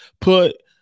Put